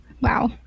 Wow